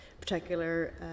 particular